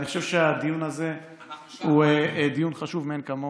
אני חושב שהדיון הזה הוא דיון חשוב מאין כמוהו.